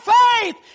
faith